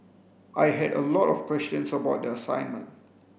I had a lot of questions about the assignment